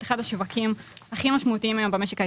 אחד השווקים הכי משמעותיים היום במשק הישראלי,